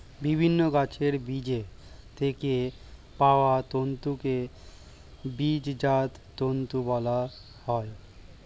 বিভিন্ন গাছের বীজের থেকে পাওয়া তন্তুকে বীজজাত তন্তু বলা হয়